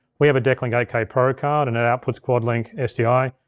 we have a decklink eight k pro card, and it outputs quad link sdi.